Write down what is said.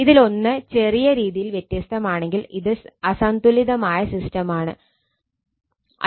ഇതിലൊന്ന് ചെറിയ രീതിയിൽ വ്യത്യസ്തമാണെങ്കിൽ ഇത് അസന്തുലിതമായ സിസ്റ്റം ആണ്